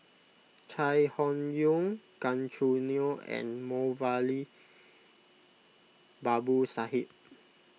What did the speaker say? Chai Hon Yoong Gan Choo Neo and Moulavi Babu Sahib